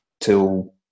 till